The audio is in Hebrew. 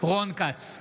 רון כץ,